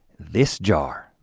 this jar,